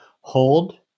Hold